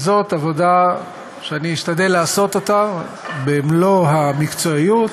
וזאת עבודה שאני אשתדל לעשות אותה במלוא המקצועיות.